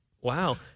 Wow